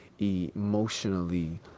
emotionally